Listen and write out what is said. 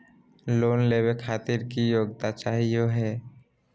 Loan लेवे खातीर की योग्यता चाहियो हे?